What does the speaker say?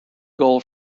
goal